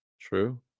True